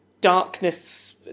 Darkness